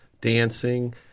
dancing